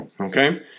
Okay